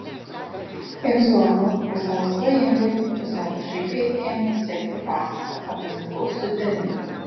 ir zorba pusiau svajingai pusiau pašaipiai ėmė sekti pasaką apie žmogaus sutvėrimą